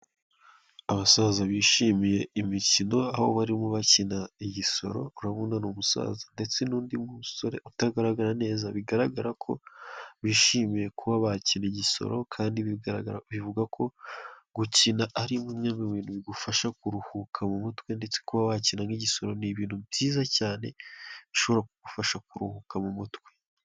Abasaza bishimiye imikino, aho barimo bakina igisoro, urabona ni umusaza ndetse n'undi musore utagaragara neza, bigaragara ko bishimiye kuba bakina igisoro, kandi bigaragara bivugwa ko gukina ari bimwe mu bintu bigufasha kuruhuka mu mutwe, ndetse kuba wakina nk'igisoro ni ibintu byiza cyane, bishobora kugufasha kuruhuka mu mutwe.